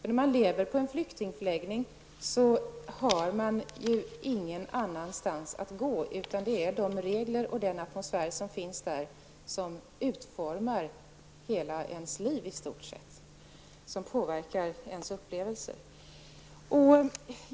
När man lever på en flyktingförläggning har man ju ingen annanstans att gå, utan de regler och den atmosfär som finns där utformar i stort sett hela ens liv.